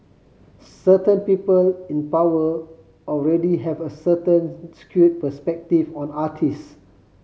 certain people in power already have a certain skewed perspective on artist